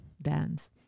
Dance